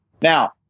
now